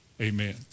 Amen